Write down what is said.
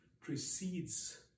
precedes